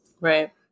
Right